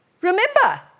Remember